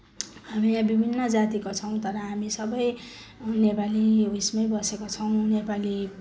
हामी यहाँ विभिन्न जातिको छौँ तर हामी सबै नेपाली उसमै बसेका छौँ नेपाली